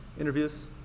interviews